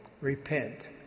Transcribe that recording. repent